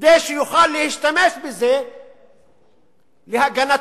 כדי שיוכל להשתמש בזה להגנתו,